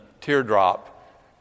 teardrop